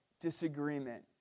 disagreement